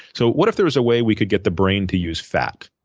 so what if there was a way we could get the brain to use fat,